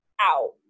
out